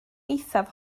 eithaf